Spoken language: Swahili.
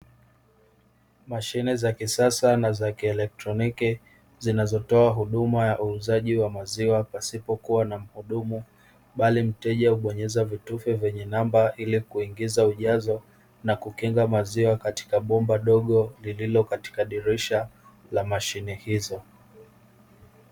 Mashine za kisasa na za kielektroniki zinazotoa huduma ya uuzaji wa maziwa pasipo kuwa na mhudumu, bali mteja hubonyeza vitufe vyenye namba ili kuingiza ujazo, na kukinga maziwa katika bomba dogo lililo katika dirisha la mashine hizo.